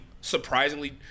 surprisingly